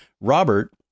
Robert